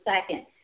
second